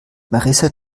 marissa